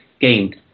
gained